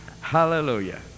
Hallelujah